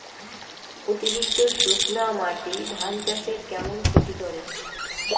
অতিরিক্ত শুকনা মাটি ধান চাষের কেমন ক্ষতি করে?